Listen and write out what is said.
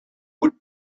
would